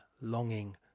longing